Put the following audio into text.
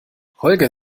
holger